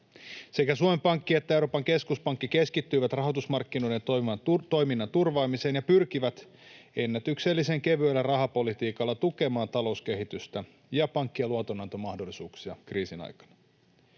Sekä Suomen Pankki että Euroopan keskuspankki keskittyivät rahoitusmarkkinoiden toiminnan turvaamiseen ja pyrkivät ennätyksellisen kevyellä rahapolitiikalla tukemaan talouskehitystä ja pankkien luotonantomahdollisuuksia kriisin aikana.